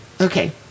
Okay